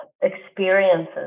experiences